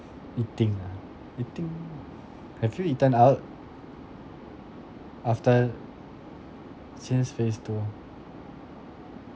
eating ah eating have you eaten out after since phase two